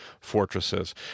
fortresses